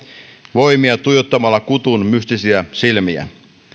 voimia tuijottamalla kutun mystisiä silmiä